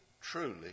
truly